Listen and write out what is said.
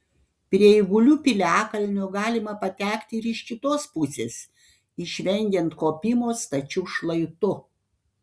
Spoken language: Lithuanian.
prie eigulių piliakalnio galima patekti ir iš kitos pusės išvengiant kopimo stačiu šlaitu